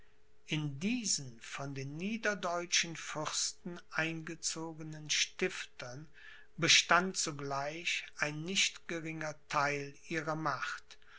in diesen von den niederdeutschen fürsten eingezogenen stiftern bestand zugleich ein nicht geringer theil ihrer macht